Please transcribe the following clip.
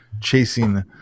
chasing